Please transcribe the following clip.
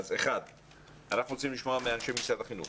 1. אנחנו רוצים לשמוע מאנשי משרד החינוך